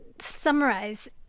summarize